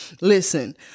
listen